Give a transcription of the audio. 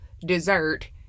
dessert